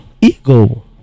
ego